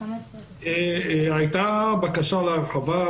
הייתה בקשה להרחבה,